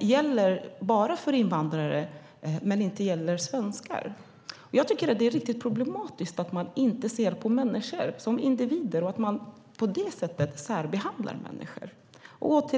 gäller för invandrare, men inte för svenskar. Det är riktigt problematiskt att man inte ser människor som individer och på det sättet särbehandlar människor.